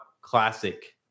Classic